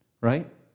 right